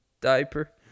diaper